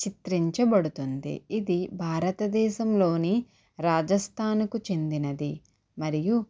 చిత్రించబడుతుంది ఇది భారతదేశంలోని రాజస్థానుకు చెందినది మరియు